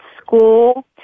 school